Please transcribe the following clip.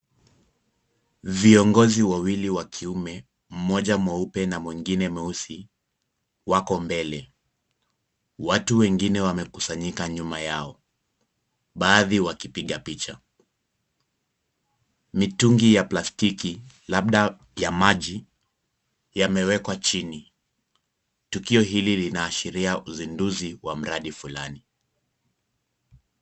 Viongozi wawili wa kiume mmoja mweupe na mwingine mweusi wako mbele watu wengine wamekusanyika nyuma yao baadhi wakipiga picha mitungi ya plastiki labda ya maji yamewekwa chini tukio hili linaashiria uzinduzi wa mradi fulani.